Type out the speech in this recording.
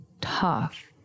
tough